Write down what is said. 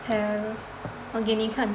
palace 我给你看